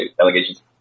allegations